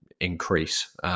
increase